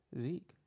Zeke